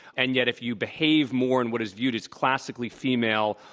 and yet if you behave more in what is viewed as classically female,